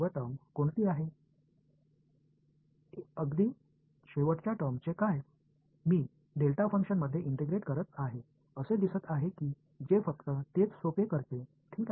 எனவே இந்த கொள்ளளவு ஒருங்கிணைப்பில் எளிமையாக்கக்கூடிய ஒரே வெளிப்பாடு எது கடைசி வெளிப்பாட்டை பற்றி என்ன